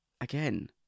Again